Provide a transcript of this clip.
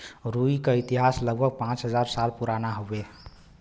रुई क इतिहास लगभग पाँच हज़ार वर्ष पुराना हउवे